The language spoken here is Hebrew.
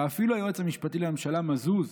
ואפילו היועץ המשפטי לממשלה מזוז,